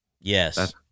Yes